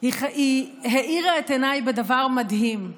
היא האירה את עיניי בדבר מדהים.